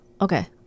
okay